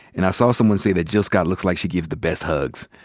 and i saw someone say that jill scott looks like she gives the best hugs.